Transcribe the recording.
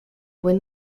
buen